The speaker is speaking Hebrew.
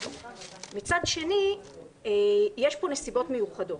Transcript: מצד שני יש פה נסיבות מיוחדות.